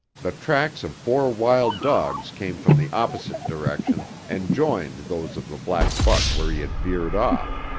the tracks of four wild dogs came from the opposite direction and joined those of the black buck where he had veered off.